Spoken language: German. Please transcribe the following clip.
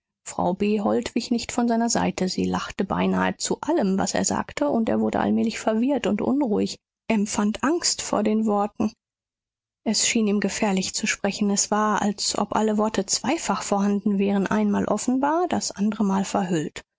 frau behold wich nicht von seiner seite sie lachte beinahe zu allem was er sagte und er wurde allmählich verwirrt und unruhig empfand angst vor den worten es schien ihm gefährlich zu sprechen es war als ob alle worte zweifach vorhanden wären einmal offenbar das andre mal verhüllt